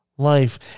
Life